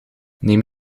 neem